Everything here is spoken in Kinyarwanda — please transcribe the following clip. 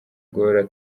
guhora